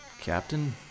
Captain